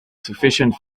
sufficient